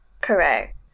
Correct